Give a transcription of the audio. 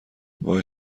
وای